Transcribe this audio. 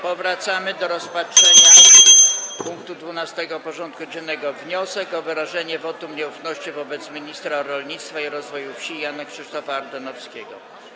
Powracamy do rozpatrzenia punktu 12. porządku dziennego: Wniosek o wyrażenie wotum nieufności wobec ministra rolnictwa i rozwoju wsi Jana Krzysztofa Ardanowskiego.